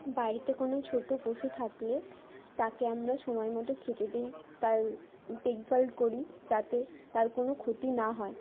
বাড়িতে কোনো ছোটো পশু থাকলে তাকে আমরা সময় মতো খেতে দিই তার দেখভাল করি যাতে তার কোনো ক্ষতি না হয়